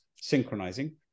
synchronizing